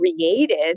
created